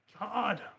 God